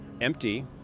Empty